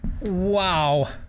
Wow